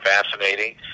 fascinating